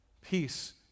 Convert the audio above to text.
peace